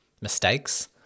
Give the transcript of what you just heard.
mistakes